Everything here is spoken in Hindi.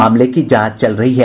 मामले की जांच चल रही है